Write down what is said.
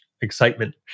excitement